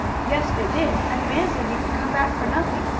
yes, they did. and the man said we could come back for nothing,